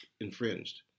infringed